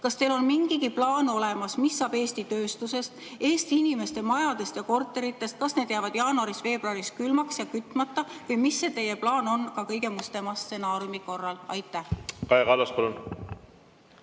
Kas teil on mingi plaan olemas? Mis saab Eesti tööstusest, Eesti inimeste majadest ja korteritest? Kas need peavad jaanuaris-veebruaris külmaks ja kütmata jääma? Mis on teie plaan kõige mustema stsenaariumi korral? Kaja Kallas, palun!